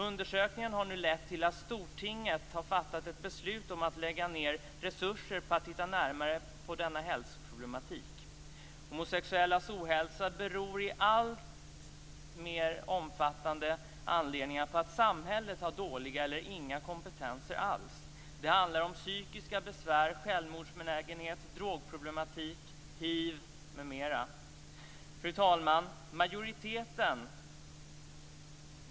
Undersökningen har lett till att Stortinget har fattat ett beslut om att lägga ned resurser på att titta närmare på denna hälsoproblematik. Homosexuellas ohälsa beror i alltmer omfattande grad på att samhället har dålig eller ingen kompetens alls. Det handlar om psykiska besvär, självmordsbenägenhet, drogproblem, hiv, m.m. Fru talman!